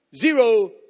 zero